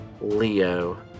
Leo